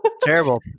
Terrible